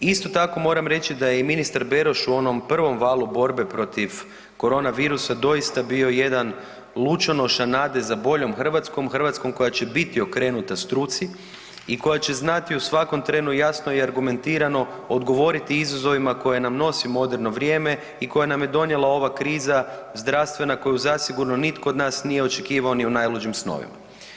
Isto tako moram reći da je i ministar Beroš u onom prvom valu borbe protiv korona virusa doista bio jedan lučonoša nade zaa boljom Hrvatskom, Hrvatskom koja će biti okrenuta struci i koja će znati u svakom trenu jasno i argumentirano odgovoriti izazovima koje nam nosi moderno vrijeme i koje nam je donijela ova kriza zdravstvena koju zasigurno nitko od nas nije očekivao ni u najluđim snovima.